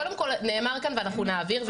קודם כל נאמר כאן ואנחנו נעביר,